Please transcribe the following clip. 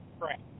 Correct